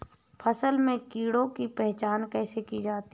फसल में कीड़ों की पहचान कैसे की जाती है?